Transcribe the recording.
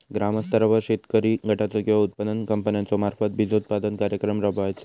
ग्रामस्तरावर शेतकरी गटाचो किंवा उत्पादक कंपन्याचो मार्फत बिजोत्पादन कार्यक्रम राबायचो?